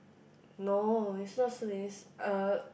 no is not Shilin uh